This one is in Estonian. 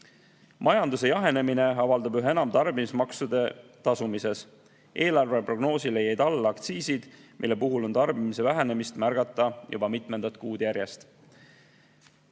Majanduse jahenemine avaldub üha enam tarbimismaksude tasumises. Eelarveprognoosile jäid alla aktsiisid, mille puhul on tarbimise vähenemist märgata juba mitmendat kuud